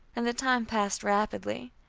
and the time passed rapidly.